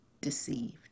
deceived